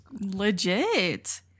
Legit